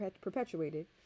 perpetuated